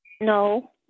No